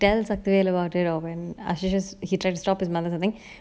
tell satif about it or when ashey he tries to stop his mother or something